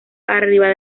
arriba